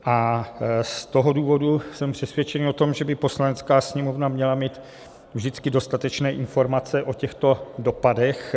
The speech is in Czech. A z toho důvodu jsem přesvědčený o tom, že by Poslanecká sněmovna měla mít vždycky dostatečné informace o těchto dopadech.